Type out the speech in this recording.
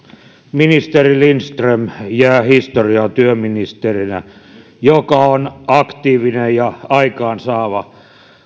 ministeri lindström jää historiaan työministerinä joka on aktiivinen ja aikaansaava